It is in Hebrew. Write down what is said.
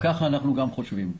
כך אנחנו גם חושבים,